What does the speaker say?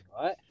right